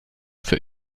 für